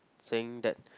saying that